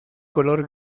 color